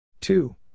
Two